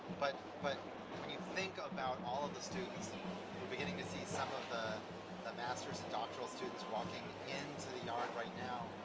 but but when you think about all the students, we're beginning to see some of the the masters and doctoral students walking into the yard right now,